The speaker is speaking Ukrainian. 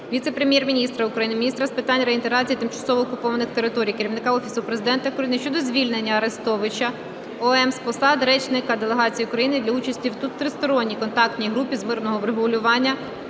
віце-прем'єр-міністра України - міністра з питань реінтеграції тимчасово окупованих територій, Керівника Офісу Президента України щодо звільнення Арестовича О.М. з посад речника делегації України для участі у Тристоронній контактній групі з мирного врегулювання